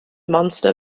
monster